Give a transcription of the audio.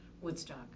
Woodstock